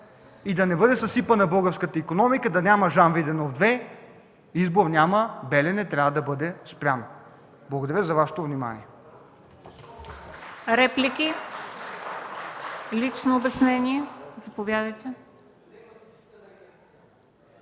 и да не бъде съсипана българската икономика, да няма Жан Виденов 2, избор няма – „Белене” трябва да бъде спряно! Благодаря за Вашето внимание.